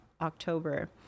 October